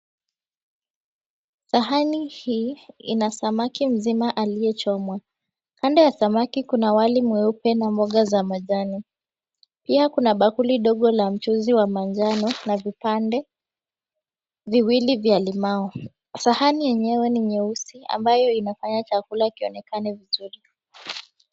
Sahani hii ina samaki mzima aliye chomwa kando ya samaki kuna wali mweupe na mboga za majani pia kuna bakuli ndogo la mchuzi wa manjano na vipande viwili vya limau. Sahani yenyewe ni nyeusi ambapo ina fanya chakula kionekane vizuri.